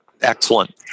Excellent